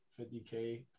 50K